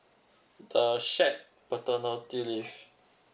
the shared paternity leave